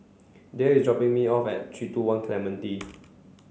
Dayle is dropping me off at three two one Clementi